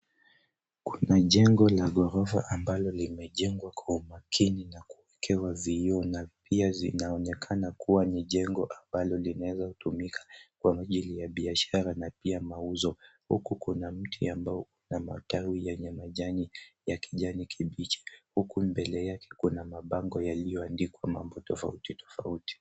Kuna jengo la ghorofa ambalo limejengwa kwa umakini na kuwekewa vioo na pia zinaonekana kuwa jengo ambalo linaweza tumika kwa ajili ya biashara na pia mauzo. Huku kuna mti ambao una matawi yenye majani ya kijani kibichi huku mbele yake kuna mabango yalioyoandikwa mambo tofauti tofauti.